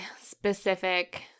specific